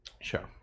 Sure